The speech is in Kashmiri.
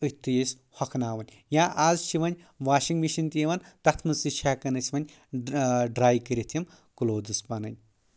أتھۍ تُہۍ أسۍ ہۄکھناوان یا آز چھِ وۄنۍ واشنٛگ مِشیٖن تہِ یِوان تتھ منٛز تہِ چھِ ہؠکان أسۍ وۄنۍ ڈراے کٔرِتھ یِم کلوزٕس پنٕنۍ